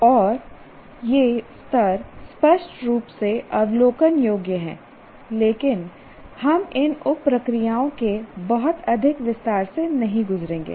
और ये स्तर स्पष्ट रूप से अवलोकन योग्य हैं लेकिन हम इन उप प्रक्रियाओं के बहुत अधिक विस्तार से नहीं गुजरेंगे